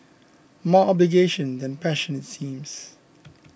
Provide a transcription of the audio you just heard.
more obligation than passion seems